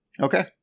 Okay